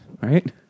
Right